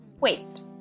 waste